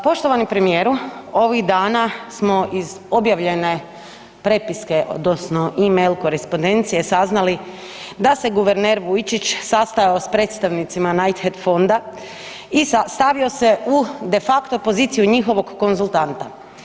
Poštovani premijeru ovih dana smo iz objavljene prepiske odnosno e-mail korespondencije saznali da se guverner Vujčić sastajao sa predstavnicima Knighthead fonda i stavio se u de facto poziciju njihovog konzultanta.